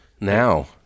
Now